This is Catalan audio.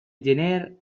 gener